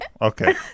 Okay